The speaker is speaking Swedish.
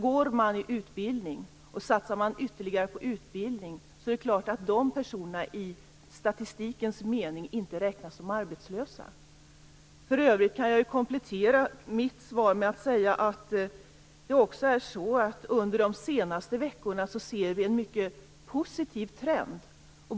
Går människor i utbildning, satsar man ytterligare på utbildning, är det klart att de i statistikens mening inte räknas som arbetslösa. För övrigt kan jag komplettera mitt svar med att säga att under de senaste veckorna ser vi en mycket positiv trend.